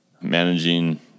managing